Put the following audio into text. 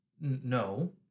No